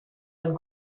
and